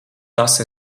tas